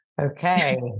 Okay